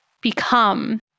become